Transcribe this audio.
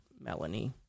Melanie